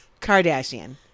Kardashian